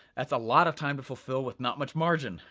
that's a lot of time to fulfill, with not much margin,